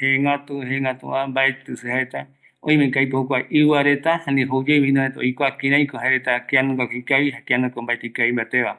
jegätu, jegätuva mbaeti se jaeta, oimeko aipo iuarete, animjouyae vinova reta oikua kiraiko jaereta kianungako ikavi, jare kianungako mbaeti ikavimbateva